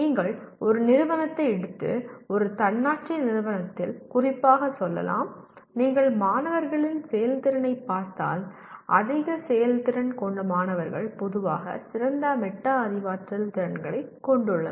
நீங்கள் ஒரு நிறுவனத்தை எடுத்து ஒரு தன்னாட்சி நிறுவனத்தில் குறிப்பாக சொல்லலாம் நீங்கள் மாணவர்களின் செயல்திறனைப் பார்த்தால் அதிக செயல்திறன் கொண்ட மாணவர்கள் பொதுவாக சிறந்த மெட்டா அறிவாற்றல் திறன்களைக் கொண்டுள்ளனர்